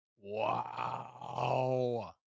Wow